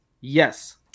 yes